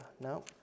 No